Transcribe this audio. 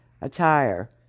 attire